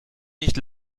nicht